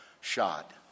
shot